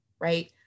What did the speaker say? right